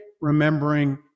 remembering